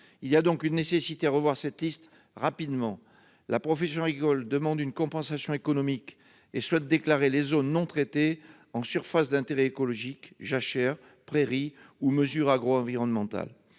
Il est donc nécessaire de revoir cette liste rapidement. La profession agricole demande une compensation économique et souhaite déclarer les zones non traitées en surface d'intérêt écologique (SIE), en jachères, en prairies ou en mesures agroenvironnementales.